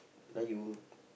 like you